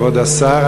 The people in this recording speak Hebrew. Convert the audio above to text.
כבוד השר,